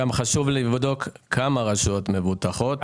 גם חשוב לבדוק כמה רשויות מבוטחות.